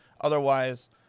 otherwise